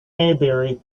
maybury